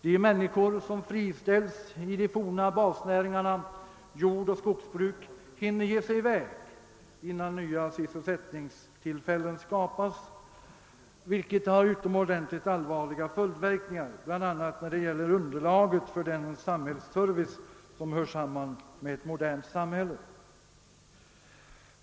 De människor som friställts i de forna basnäringarna jordoch skogsbruk hinner ge sig i väg innan nya sysselsättningstillfällen skapas, vilket får utomordentligt allvarliga följdverkningar bl.a. när det gäller underlaget för den samhällsservice som hör samman med ett modernt samhälle.